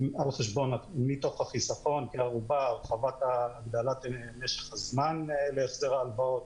מתוך החיסכון כערובה להגדלת משך הזמן להחזר ההלוואות,